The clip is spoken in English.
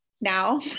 now